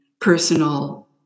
personal